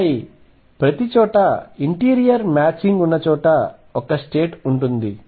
ఆపై ప్రతిచోటా interior matching ఉన్న చోట ఒక స్టేట్ ఉంటుంది